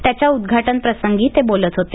त्याच्या उद्घाटनप्रसंगी ते बोलत होते